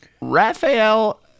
Raphael